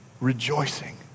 rejoicing